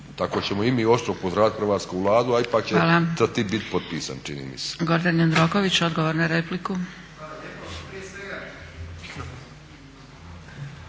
Tako ćemo i mi oštro upozoravati hrvatsku Vlade, a ipak će TTIP biti potpisan čini mi se.